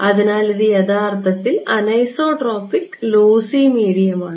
അതിനാൽ ഇത് യഥാർത്ഥത്തിൽ അനിസോട്രോപിക് ലോസി മീഡിയമാണ്